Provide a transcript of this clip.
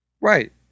Right